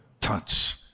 touch